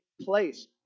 place